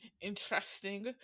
interesting